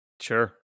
sure